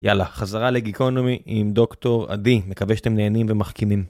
יאללה, חזרה לגיקונומי עם דוקטור עדי, מקווה שאתם נהנים ומחכימים.